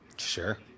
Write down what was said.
Sure